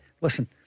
listen